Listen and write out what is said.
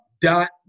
dot